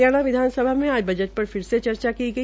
हरियाणा विधानसभा में आज जट पर फिर से चर्चा की गई